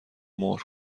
مهر